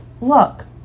look